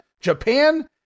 Japan